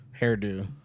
hairdo